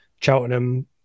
Cheltenham